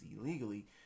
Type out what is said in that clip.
illegally